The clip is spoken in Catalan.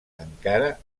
encara